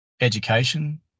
education